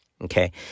okay